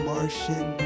Martian